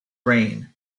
reign